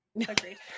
Agreed